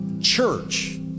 church